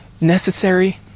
necessary